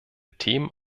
themen